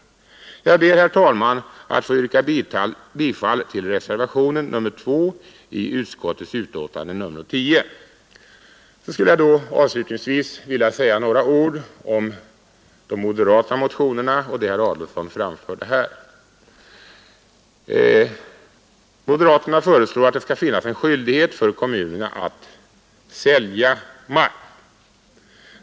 Jag ber, herr talman, att få yrka bifall till reservationen 2 i utskottets betänkande nr 10. Avslutningsvis vill jag säga några ord om de moderata motionerna och det som herr Adolfsson framförde här. Moderaterna föreslår att det skall finnas viss skyldighet för kommunerna att sälja mark.